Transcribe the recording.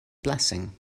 blessing